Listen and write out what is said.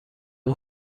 اون